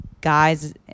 guys